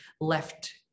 left